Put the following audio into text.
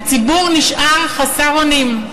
והציבור נשאר חסר אונים.